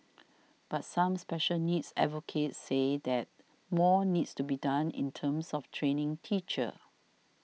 but some special needs advocates say that more needs to be done in terms of training teachers